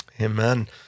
Amen